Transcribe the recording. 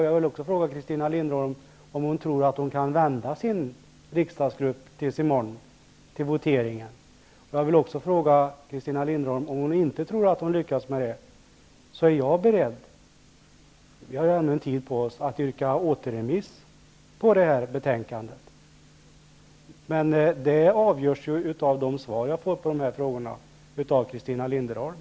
Jag vill också fråga om hon tror att hon kan vända sin riksdagsgrupp till voteringen i morgon. Om hon inte tror att hon lyckas med det är jag beredd att yrka på återremiss av detta betänkande. Vi har ännu tid på oss. Men det avgörs av de svar jag får av Christina Linderholm på mina frågor.